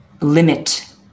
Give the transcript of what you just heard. limit